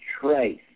trace